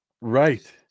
right